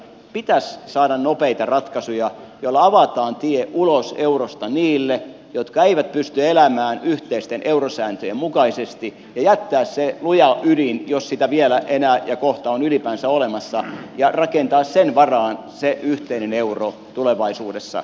pitäisi saada nopeita ratkaisuja joilla avataan tie ulos eurosta niille jotka eivät pysty elämään yhteisten eurosääntöjen mukaisesti ja jättää se luja ydin jos sitä vielä enää ja kohta on ylipäänsä olemassa ja rakentaa sen varaan se yhteinen euro tulevaisuudessa